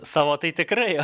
savo tai tikrai